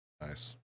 nice